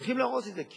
והולכים להרוס את זה,